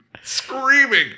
screaming